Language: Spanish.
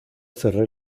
cerré